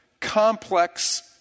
complex